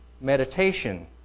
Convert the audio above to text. meditation